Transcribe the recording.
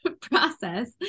process